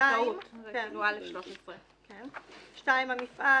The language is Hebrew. בתקנה 585א(13); (2) המפעל